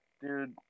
dude